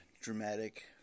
dramatic